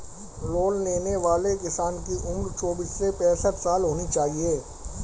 loan लेने वाले किसान की उम्र चौबीस से पैंसठ साल होना चाहिए